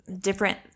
different